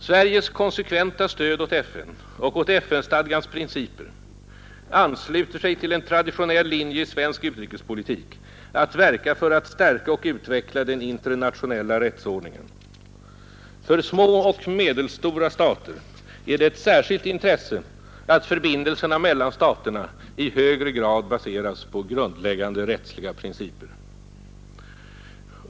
Sveriges konsekventa stöd åt FN och åt FN-stadgans principer ansluter sig till en traditionell linje i svensk utrikespolitik att verka för att stärka och utveckla den internationella rättsordningen. För små och medelstora stater är det ett särskilt intresse att förbindelserna mellan staterna i högre grad baseras på grundläggande rättsliga principer.